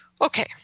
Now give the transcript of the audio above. Okay